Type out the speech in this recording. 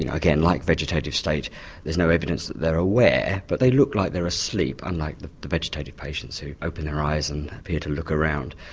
you know again like vegetative state there's no evidence that they are aware but they look like they're asleep unlike the the vegetative patients who open their eyes and appear to look around.